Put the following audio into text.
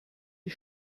die